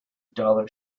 dollar